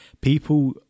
people